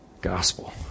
gospel